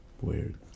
Weird